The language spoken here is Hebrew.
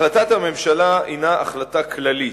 החלטת הממשלה הינה החלטה כללית,